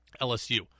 LSU